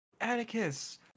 Atticus